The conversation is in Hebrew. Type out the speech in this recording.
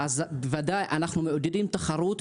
בוודאי אנחנו מעודדים תחרות,